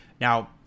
now